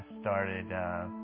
started